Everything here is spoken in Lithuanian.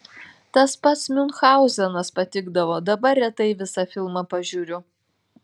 tas pats miunchauzenas patikdavo dabar retai visą filmą pažiūriu